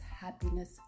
happiness